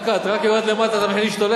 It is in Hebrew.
מה קרה, אתה רק יורד למטה אתה מתחיל להשתולל?